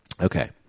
Okay